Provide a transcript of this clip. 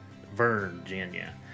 Virginia